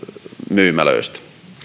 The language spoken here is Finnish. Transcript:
myymälöistä